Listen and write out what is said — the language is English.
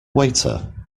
waiter